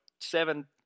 seven